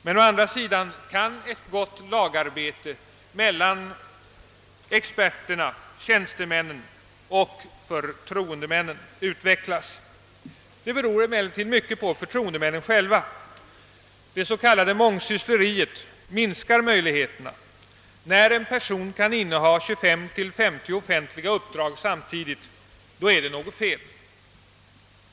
Men å andra sidan kan ett gott lagarbete mellan experterna, tjänstemännen och förtroendemännen utvecklas. Det beror emellertid mycket på förtroendemännen själva. Det s.k. mångsyssleriet minskar möjligheterna. När en person kan inneha 25—50 offentliga uppdrag samtidigt är det något fel.